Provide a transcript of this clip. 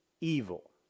evil